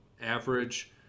average